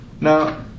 Now